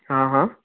હા હા